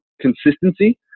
consistency